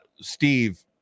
Steve